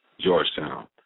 Georgetown